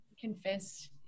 confess